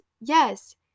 yes